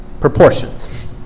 proportions